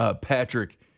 Patrick